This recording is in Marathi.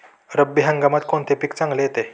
रब्बी हंगामात कोणते पीक चांगले येते?